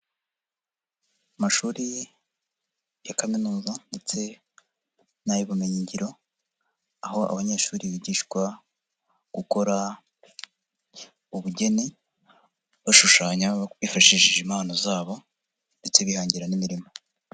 Amashuri ya kaminuza ndetse n'ay'ubumenyingiro, aho abanyeshuri bigishwa gukora ubugeni, bashushanya bifashishije impano zabo ndetse bihangira n'imirimo.